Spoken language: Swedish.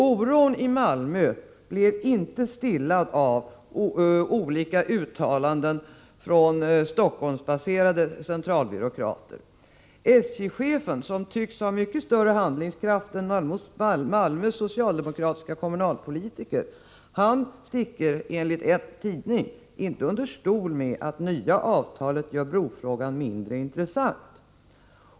Oron i Malmö blev inte stillad av olika uttalanden från Stockholmsbasera = Nr 40 de centralbyråkrater. SJ-chefen, som tycks ha mycket större handlingskraft Torsdagen den än Malmös socialdemokratiska kommunalpolitiker, sticker enligt en tidning 29 november 1984 inte under stol med att det nya avtalet gör brofrågan mindre intressant.